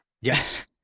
Yes